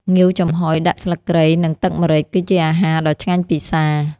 ងាវចំហុយដាក់ស្លឹកគ្រៃ និងទឹកម្រេច គឺជាអាហារដ៏ឆ្ងាញ់ពិសា។